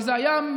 וזה היה,